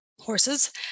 horses